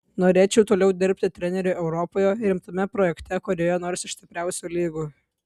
norėčiau toliau dirbti treneriu europoje rimtame projekte kurioje nors iš stipriausių lygų